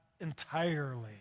entirely